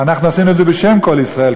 אנחנו עשינו את זה בשם כל ישראל,